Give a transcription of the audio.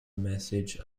message